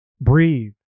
breathe